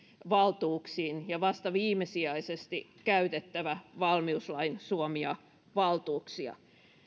valtuuksiin ja vasta viimesijaisesti käytettävä valmiuslain suomia valtuuksia